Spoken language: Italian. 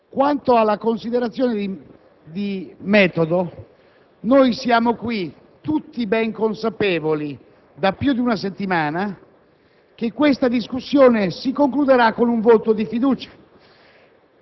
Quanto alla considerazione di metodo, qui siamo tutti ben consapevoli da più di una settimana che la discussione si concluderà con un voto di fiducia,